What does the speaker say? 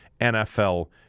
NFL